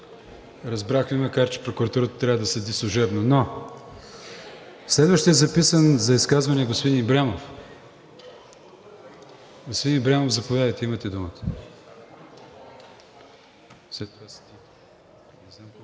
Разбрах Ви, макар че прокуратурата трябва да следи служебно, но… Следващият записан за изказване е господин Ибрямов. Господин Ибрямов, заповядайте, имате думата.